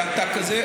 היה תא כזה,